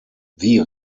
wie